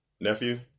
Nephew